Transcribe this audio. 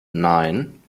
nein